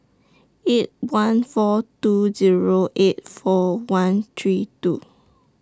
eight one four two Zero eight four one three two